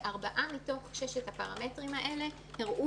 ארבעה מתוך ששת הפרמטרים האלה הראו